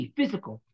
Physical